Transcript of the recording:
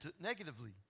negatively